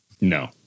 No